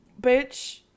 bitch